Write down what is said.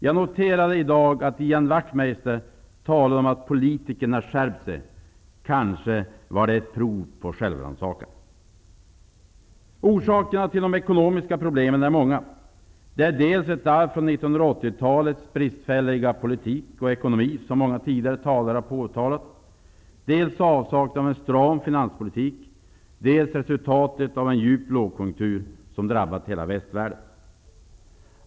Jag noterade i dag att Ian Wachtmeister talade om att politikerna har skärpt sig. Det var kanske ett prov på självrannsakan. Det finns många orsaker till de ekonomiska problemen. Det är ett arv från 1980-talets bristfälliga politik och ekonomi, som många tidigare talare har påtalat. Avsaknaden av en stram finanspolitik är en annan orsak. Det är också ett resultat av en djup lågkonjunktur som har drabbat hela västvärlden.